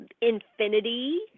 infinity